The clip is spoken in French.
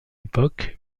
époque